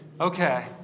Okay